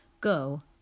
Go